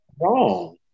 wrong